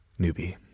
newbie